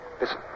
Listen